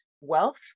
wealth